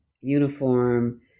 uniform